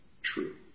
true